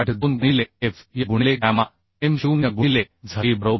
2 गुणिले F y गुणिले gamma M0 गुणिले Z e बरोबर